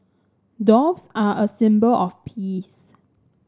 doves are a symbol of peace